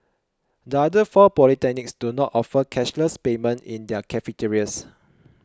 the other four polytechnics do not offer cashless payment in their cafeterias